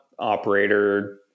operator